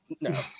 No